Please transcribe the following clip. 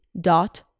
dot